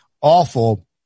awful